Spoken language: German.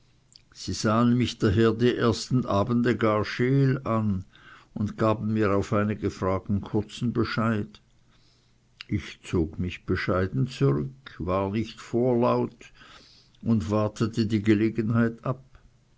sie sahen mich daher die ersten abende gar scheel an und gaben mir auf einige fragen kurzen bescheid ich zog mich bescheiden zurück war nicht vorlaut und wartete die gelegenheit ab